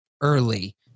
early